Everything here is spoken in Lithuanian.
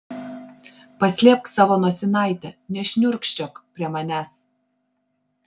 paslėpk savo nosinaitę nešniurkščiok prie manęs